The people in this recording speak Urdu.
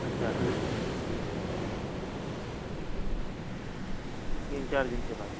اچھا تین چار دن کے بعد